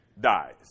dies